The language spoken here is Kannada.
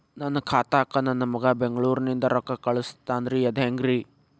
ನನ್ನ ಖಾತಾಕ್ಕ ನನ್ನ ಮಗಾ ಬೆಂಗಳೂರನಿಂದ ರೊಕ್ಕ ಕಳಸ್ತಾನ್ರಿ ಅದ ಹೆಂಗ್ರಿ?